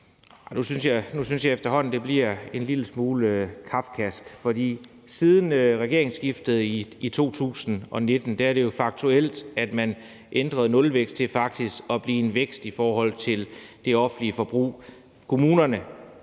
Nu synes jeg efterhånden, det bliver en lille smule kafkask. For siden regeringsskiftet i 2019 er det jo faktuelt sådan, at man har ændret nulvækst til faktisk at blive en vækst i forhold til det offentlige forbrug.